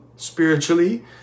spiritually